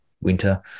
winter